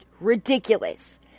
ridiculous